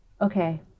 Okay